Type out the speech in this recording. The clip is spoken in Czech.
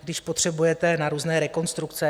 Když potřebujete na různé rekonstrukce.